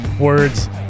words